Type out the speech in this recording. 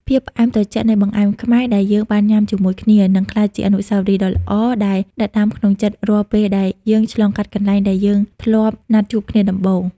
ភាពផ្អែមត្រជាក់នៃបង្អែមខ្មែរដែលយើងបានញ៉ាំជាមួយគ្នា នឹងក្លាយជាអនុស្សាវរីយ៍ដ៏ល្អដែលដិតដាមក្នុងចិត្តរាល់ពេលដែលយើងឆ្លងកាត់កន្លែងដែលយើងធ្លាប់ណាត់ជួបគ្នាដំបូង។